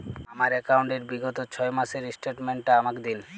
আমার অ্যাকাউন্ট র বিগত ছয় মাসের স্টেটমেন্ট টা আমাকে দিন?